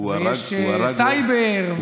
ויש סייבר.